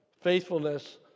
faithfulness